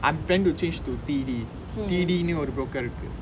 I'm planning to change to T_E_D T_E_D ஒறு:oru broker இருக்கு:irukku